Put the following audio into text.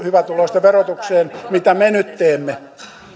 hyvätuloisten verotukseen niitä korotuksia mitä me nyt teemme